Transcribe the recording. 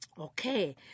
Okay